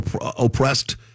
oppressed